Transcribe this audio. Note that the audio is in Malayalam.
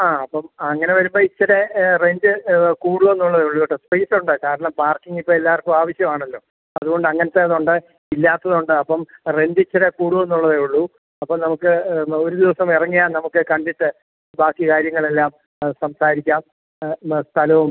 ആ അപ്പം അങ്ങനെ വരുമ്പം ഇച്ചിരി റെൻറ്റ് കൂടുമെന്നുള്ളതേ ഉള്ളൂ കേട്ടോ സ്പേസുണ്ട് കാരണം പാർക്കിംഗിപ്പോൾ എല്ലാവർക്കും ആവശ്യമാണല്ലോ അതുകൊണ്ടങ്ങനത്തേതുണ്ട് ഇല്ലാത്തതുണ്ട് അപ്പം റെൻറ്റിച്ചിരി കൂടൂമെന്നുള്ളതേ ഉള്ളൂ അപ്പോൾ നമുക്ക് എന്നാൽ ഒരു ദിവസം ഇറങ്ങിയാൽ നമുക്ക് കണ്ടിട്ട് ബാക്കി കാര്യങ്ങളെല്ലാം സംസാരിക്കാം സ്ഥലവും